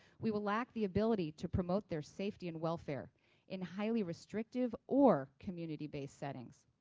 we will lack the ability to promote their safety and welfare in highly restrictive or community-based settings.